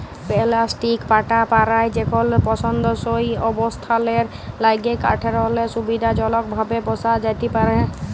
plastic পাটা পারায় যেকল পসন্দসই অবস্থালের ল্যাইগে কাঠেরলে সুবিধাজলকভাবে বসা যাতে পারহে